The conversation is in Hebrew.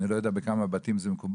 אני לא יודע בכמה בתים זה מקובל,